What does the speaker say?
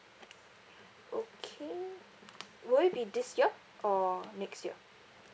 okay will it be this year or next year